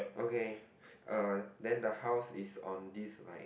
okay uh then the house is on this like